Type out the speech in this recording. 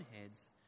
heads